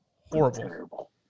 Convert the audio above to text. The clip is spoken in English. horrible